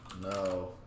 No